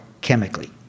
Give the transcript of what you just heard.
chemically